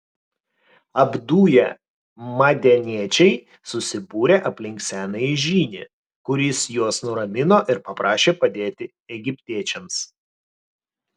apduję madianiečiai susibūrė aplink senąjį žynį kuris juos nuramino ir paprašė padėti egiptiečiams